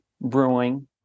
brewing